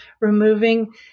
removing